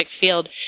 field